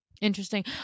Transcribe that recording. interesting